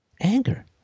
anger